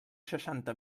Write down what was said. seixanta